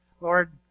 Lord